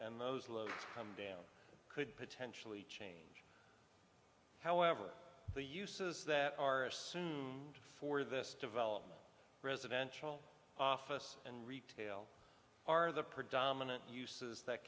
and those come down could potentially change however the uses that are assumed for this development residential office and retail are the predominant uses that